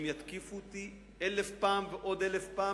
אם יתקיפו אותי אלף פעם ועוד אלף פעם